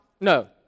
No